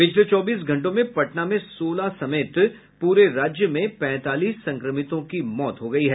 पिछले चौबीस घंटों में पटना में सोलह समेत पूरे राज्य में पैंतालीस संक्रमितों की मौत हुई है